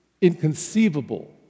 inconceivable